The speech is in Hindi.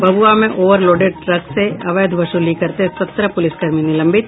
भभूआ में आवरलोडेड ट्रक से अवैध वसूली करते सत्रह पुलिसकर्मी निलंबित